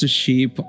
sheep